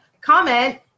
Comment